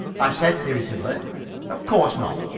i said irritably of course not.